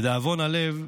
לדאבון הלב,